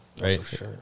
Right